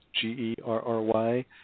G-E-R-R-Y